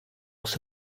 else